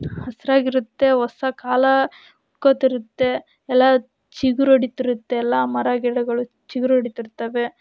ಹಸುರಾಗಿರುತ್ತೆ ಹೊಸ ಕಾಲ ಗೊತ್ತಿರುತ್ತೆ ಎಲ್ಲ ಚಿಗುರೊಡಿತಿರತ್ತೆ ಎಲ್ಲ ಮರ ಗಿಡಗಳು ಚಿಗುರೊತಿರ್ತವೆ